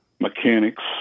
Mechanics